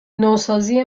نوسازی